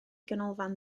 ganolfan